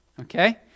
okay